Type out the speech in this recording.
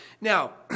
Now